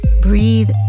Breathe